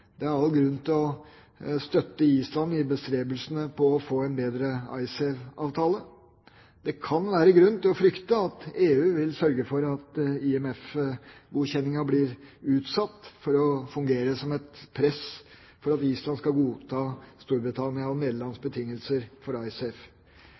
Det er all grunn til å støtte Island i bestrebelsene for å få en bedre IceSave-avtale. Det kan være grunn til å frykte at EU vil sørge for at IMF-godkjenningen blir utsatt for å fungere som et press for at Island skal godta